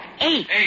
Eight